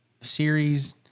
series